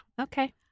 Okay